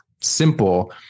simple